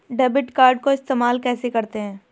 Debit card को इस्तेमाल कैसे करते हैं?